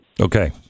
Okay